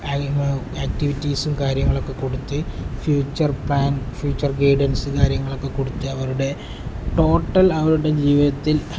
ആക്ടിവിറ്റീസും കാര്യങ്ങളൊക്കെ കൊടുത്ത് ഫ്യൂച്ചർ പ്ലാൻ ഫ്യൂച്ചർ ഗൈഡൻസ് കാര്യങ്ങളൊക്കെ കൊടുത്ത് അവരുടെ ടോട്ടൽ അവരുടെ ജീവിതത്തിൽ